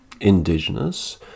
indigenous